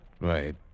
Right